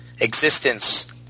existence